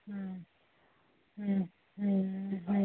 ହୁଁ ହୁଁ ହୁଁ